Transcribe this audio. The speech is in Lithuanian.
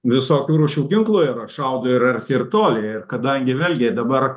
visokių rūšių ginklų yra šaudo ir arti ir toli ir kadangi vėlgi dabar